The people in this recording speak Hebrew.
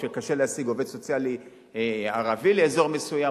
שקשה להשיג עובד סוציאלי ערבי לאזור מסוים,